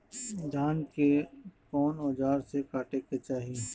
धान के कउन औजार से काटे के चाही?